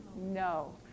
No